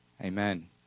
Amen